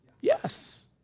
Yes